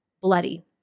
Bloody